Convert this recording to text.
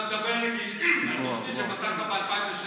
אתה מדבר איתי על תוכנית שנתת ב-2016.